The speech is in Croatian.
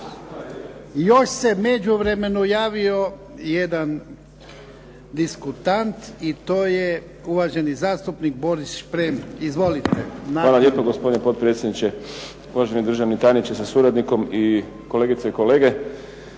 Još se u međuvremenu javio jedan diskutant i to je uvaženi zastupnik Boris Šprem. Izvolite. **Šprem, Boris (SDP)** Hvala lijepo gospodine potpredsjedniče, uvaženi državni tajniče sa suradnikom i kolegice i kolege.